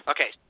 Okay